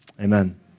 Amen